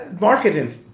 marketing